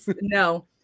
No